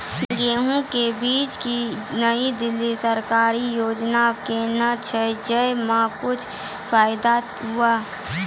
गेहूँ के बीज की नई दिल्ली सरकारी योजना कोन छ जय मां कुछ फायदा हुआ?